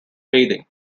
bathing